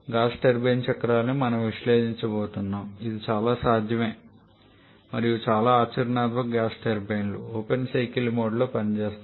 gas turbine చక్రాన్ని మనం విశ్లేషించబోతున్నాం ఇది చాలా సాధ్యమే మరియు చాలా ఆచరణాత్మక గ్యాస్ టర్బైన్లు ఓపెన్ సైకిల్ మోడ్లో పనిచేస్తాయి